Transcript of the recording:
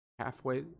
halfway